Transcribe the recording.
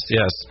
yes